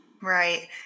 Right